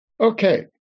Okay